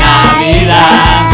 Navidad